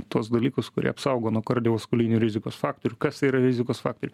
tuos dalykus kurie apsaugo nuo kardiovaskulinių rizikos faktorių kas tai yra rizikos faktoriai